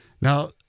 Now